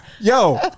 yo